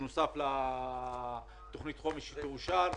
בנוסף לתוכנית החומש שתאושר?